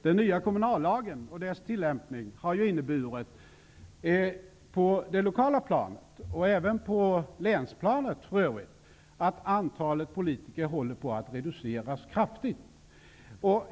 Den nya kommunallagen och dess tillämpning har ju på det lokala planet och även på länsplanet inneburit att antalet politiker håller på att reduceras kraftigt.